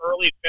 early